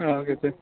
ah okay sir